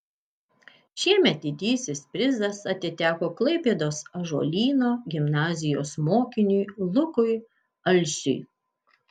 šiemet didysis prizas atiteko klaipėdos ąžuolyno gimnazijos mokiniui lukui alsiui